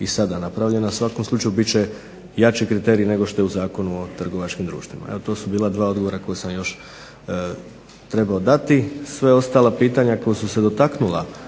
i sada napravljeno. U svakom slučaju bit će jači kriteriji nego što je u Zakonu o trgovačkim društvima. Evo to su bila dva odgovora koja sam još trebao dati. Sva ostala pitanja koja su se dotaknula